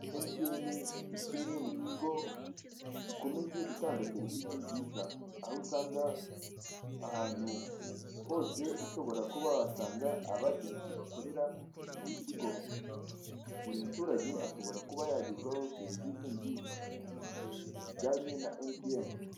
Emutiyeni ni kimwe mu kigo gikomeje gutanga serivise nziza, aho usanga ahantu hose ushobora kuba wahasanga aba ajenti bakorera icyo kigo. Buri muturage ashobora kuba yagezwaho serivise nziza zijyanye na emutiyene.